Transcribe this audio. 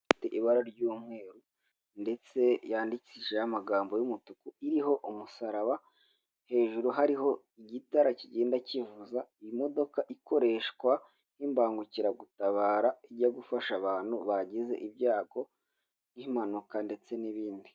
Ifite ibara ry'umweru ndetse yandikishijeho amagambo y'umutuku iriho umusaraba, hejuru hariho igitara kigenda kivuza. Imodoka ikoreshwa nk'ibangukiragutabara, ijya gufasha abantu bagize ibyago nk'impanuka ndetse n'ibindi.